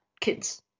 kids